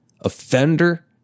offender